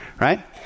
Right